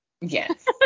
yes